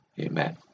Amen